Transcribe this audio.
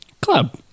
club